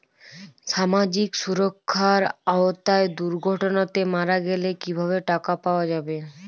সামাজিক সুরক্ষার আওতায় দুর্ঘটনাতে মারা গেলে কিভাবে টাকা পাওয়া যাবে?